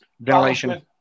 Ventilation